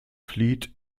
flieht